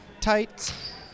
tights